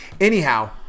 Anyhow